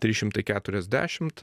trys šimtai keturiasdešimt